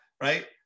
right